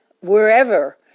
wherever